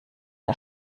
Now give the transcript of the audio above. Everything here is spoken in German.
der